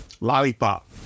lollipop